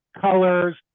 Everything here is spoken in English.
colors